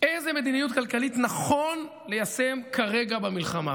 איזו מדיניות כלכלית נכון ליישם כרגע במלחמה.